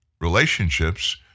relationships